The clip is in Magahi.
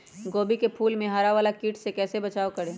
गोभी के फूल मे हरा वाला कीट से कैसे बचाब करें?